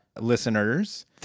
listeners